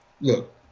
look